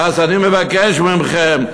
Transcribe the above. אז אני מבקש מכם,